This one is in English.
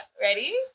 Ready